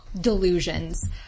delusions